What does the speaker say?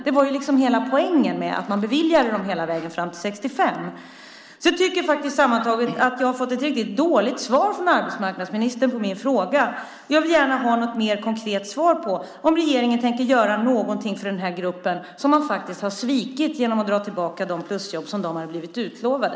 Det var liksom hela poängen med att bevilja dem hela vägen fram till 65. Jag tycker sammanfattningsvis att jag har fått ett riktigt dåligt svar från arbetsmarknadsministern på min fråga. Jag vill gärna ha ett mer konkret svar på om regeringen tänker göra någonting för den här gruppen som man faktiskt har svikit genom att dra tillbaka de plusjobb som de hade blivit lovade.